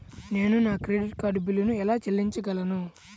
నేను నా credit card బిల్లును ఎలా చెల్లించగలను?